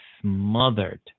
smothered